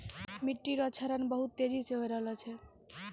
मिट्टी रो क्षरण बहुत तेजी से होय रहलो छै